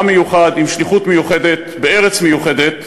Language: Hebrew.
עם מיוחד עם שליחות מיוחדת בארץ מיוחדת,